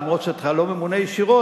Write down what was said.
אומנם אתה לא ממונה ישירות,